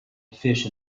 fish